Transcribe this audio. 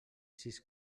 sis